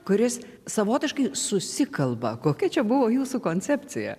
kuris savotiškai susikalba kokia čia buvo jūsų koncepcija